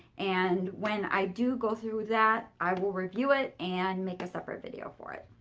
and when i do go through that, i will review it, and make a separate video for it.